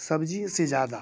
सब्जी से ज़्यादा